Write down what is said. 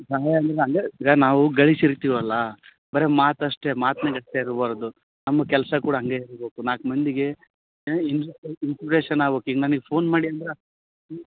ಸಹಾಯ ಅಂದ್ರೆ ಅಂದ್ರೆ ಈಗ ನಾವು ಗಳಿಸಿರ್ತೀವಲ್ಲ ಬರೇ ಮಾತು ಅಷ್ಟೇ ಮಾತ್ನಾಗೆ ಅಷ್ಟೇ ಇರಬಾರ್ದು ನಮ್ಮ ಕೆಲಸ ಕೂಡ ಹಾಗೆ ಇರ್ಬೇಕು ನಾಲ್ಕು ಮಂದಿಗೆ ಹಾಂ ಇನ್ಸ್ಪಿರೇಷನ್ ಆಗ್ಬೇಕ್ ಈಗ ನನಗೆ ಫೋನ್ ಮಾಡಿ ಅಂದ್ರೆ ಹ್ಞೂ